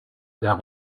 d’un